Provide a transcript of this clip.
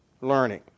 learning